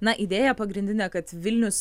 na idėją pagrindinę kad vilnius